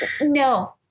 No